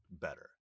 better